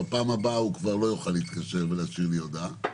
בפעם הבאה הוא כבר לא יוכל להתקשר ולהשאיר לי הודעה.